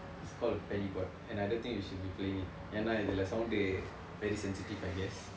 it's called a penny board and I don't think you should be playing it ஏன் என்றால் இதில:aen endraal ithila sound very sensitive I guess